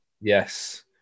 Yes